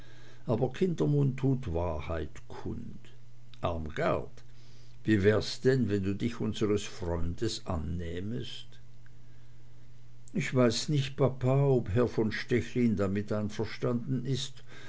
aber kindermund tut wahrheit kund armgard wie wär es wenn du dich unsers freundes annähmest ich weiß nicht papa ob herr von stechlin damit einverstanden ist